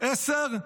עשר?